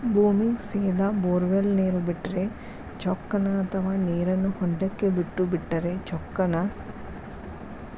ಭೂಮಿಗೆ ಸೇದಾ ಬೊರ್ವೆಲ್ ನೇರು ಬಿಟ್ಟರೆ ಚೊಕ್ಕನ ಅಥವಾ ನೇರನ್ನು ಹೊಂಡಕ್ಕೆ ಬಿಟ್ಟು ಬಿಟ್ಟರೆ ಚೊಕ್ಕನ?